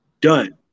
Done